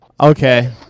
Okay